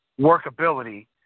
workability